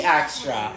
extra